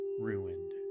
ruined